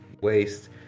waste